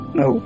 no